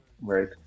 right